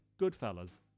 Goodfellas